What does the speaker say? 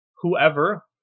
Whoever